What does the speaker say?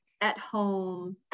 at-home